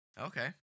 Okay